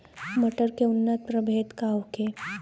मटर के उन्नत प्रभेद का होखे?